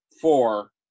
four